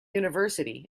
university